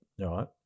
right